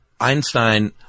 Einstein